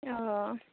অঁ